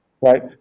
right